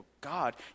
God